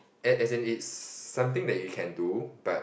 as as in is something that you can do but